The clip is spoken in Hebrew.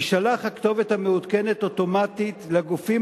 תישלח הכתובת המעודכנת אוטומטית לגופים